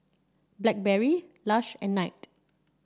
Blackberry Lush and Knight